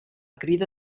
crida